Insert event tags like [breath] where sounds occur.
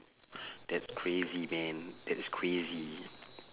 [breath] that's crazy man that's crazy